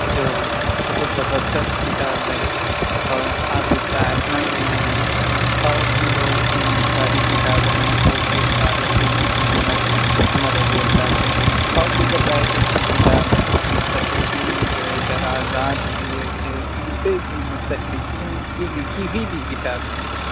جو بہت زبردست کتاب ہے اور آپ اس سے آشنا بھی ہوں گے اور بھی بہت ساری کتابیں ہیں خورشید فاروقی کی ہیں عمر عمر رضی اللہ پہ اور دیگر رائٹر کی کتاب ہیں اور مستشرقین نے جو اعتراضات کیے تھے ان پہ بھی مستشرقین کی لکھی ہوئی بھی کتابیں ہیں